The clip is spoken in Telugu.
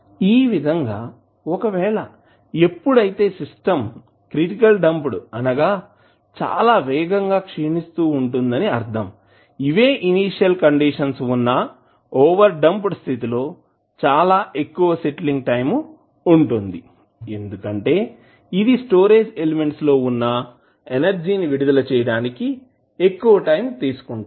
ఈ విధంగా ఒకవేళ ఎప్పుడైతే సిస్టం క్రిటికల్ డాంప్డ్ అనగా చాలా వేగంగా క్షీణిస్తూ ఉంటుంది అని అర్థం ఇవే ఇనీషియల్ కండిషన్ లు వున్నా ఓవర్ డంప్ స్థితి లో చాలా ఎక్కువ సెట్లింగ్ టైం ఉంటుంది ఎందుకంటే ఇది స్టోరేజ్ ఎలిమెంట్స్ లో ఉన్న ఎనర్జీ ని విడుదల చేయడానికి ఎక్కువ టైం తీసుకుంటుంది